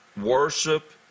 worship